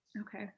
okay